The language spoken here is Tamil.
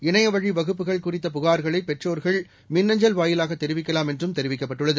இணையவழி வகுப்புகள் குறித்த புகார்களை பெற்றோர்கள் மின் அஞ்சல் வாயிலாக தெரிவிக்கலாம் என்றும் தெரிவிக்கப்பட்டுள்ளது